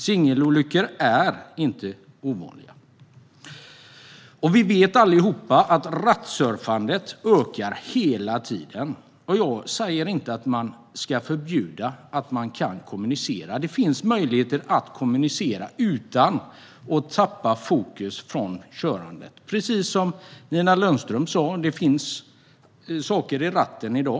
Singelolyckor är inte ovanliga. Vi vet allihop att rattsurfandet ökar hela tiden. Jag säger inte att vi ska förbjuda kommunikation. Det finns möjligheter att kommunicera utan att tappa fokus på körandet. Det finns, precis som Nina Lundström sa, saker i ratten i dag.